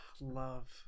Love